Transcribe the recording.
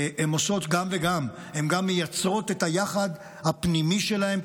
עושות גם וגם: הן גם מייצרות את היחד הפנימי שלהן,